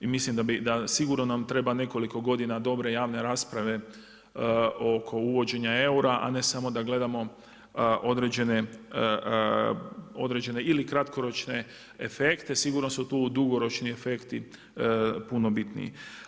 I sigurno nam treba nekoliko godina dobre javne rasprave oko uvođenja eura, a ne samo da gledamo određene ili kratkoročne efekte, sigurno su tu dugoročni efekti puno bitniji.